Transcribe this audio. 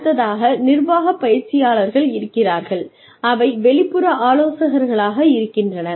அடுத்ததாக நிர்வாக பயிற்சியாளர்கள் இருக்கிறார்கள் அவை வெளிப்புற ஆலோசகர்களாக இருக்கின்றன